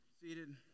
Seated